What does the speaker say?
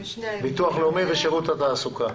ביטוח לאומי ושירות התעסוקה.